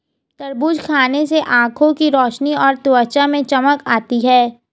तरबूज खाने से आंखों की रोशनी और त्वचा में चमक आती है